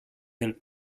del